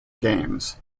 games